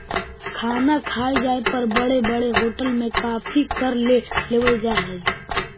खाना खाए जाए पर बड़े बड़े होटल में काफी कर ले लेवल जा हइ